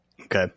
Okay